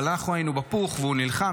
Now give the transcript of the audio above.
אבל אנחנו היינו בפוך, והוא נלחם.